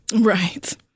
right